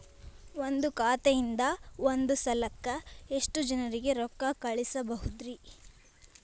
ಒಂದ್ ಖಾತೆಯಿಂದ, ಒಂದ್ ಸಲಕ್ಕ ಎಷ್ಟ ಜನರಿಗೆ ರೊಕ್ಕ ಕಳಸಬಹುದ್ರಿ?